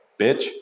bitch